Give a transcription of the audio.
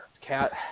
cat